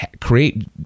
create